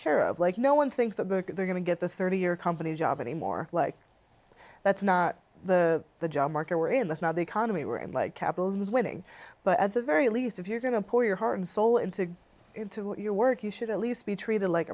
care of like no one thinks that they're going to get the thirty year company job anymore like that's not the the job market we're in that's not the economy we're in like capitalism is winning but at the very least if you're going to pour your heart and soul into your work you should at least be treated like